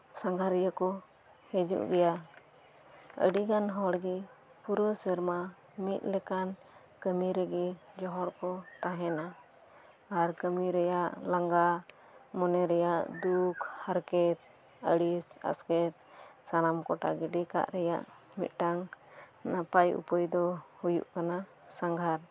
ᱥᱟᱸᱜᱷᱟᱨᱤᱭᱟᱹᱠᱚ ᱦᱤᱡᱩᱜ ᱜᱮᱭᱟ ᱟᱹᱰᱤ ᱜᱟᱱ ᱦᱚᱲᱜᱮ ᱯᱩᱨᱟᱹᱣ ᱥᱮᱨᱢᱟ ᱢᱤᱫ ᱞᱮᱠᱟᱱ ᱠᱟᱹᱢᱤ ᱨᱮᱜᱮ ᱡᱚᱦᱚᱲᱠᱚ ᱛᱟᱦᱮᱱᱟ ᱟᱨ ᱠᱟᱹᱢᱤ ᱨᱮᱭᱟᱜ ᱞᱟᱸᱜᱟ ᱢᱚᱱᱮ ᱨᱮᱭᱟᱜ ᱫᱩᱠ ᱦᱟᱨᱠᱮᱛ ᱟᱹᱲᱤᱥ ᱟᱥᱠᱮᱛ ᱥᱟᱱᱟᱢ ᱠᱚᱴᱟ ᱜᱤᱰᱤ ᱠᱟᱜ ᱨᱮᱭᱟᱜ ᱢᱤᱫ ᱴᱟᱝ ᱱᱟᱯᱟᱭ ᱩᱯᱟᱹᱭ ᱫᱚ ᱦᱳᱭᱳᱜ ᱠᱟᱱᱟ ᱥᱟᱸᱜᱷᱟᱨ